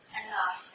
enough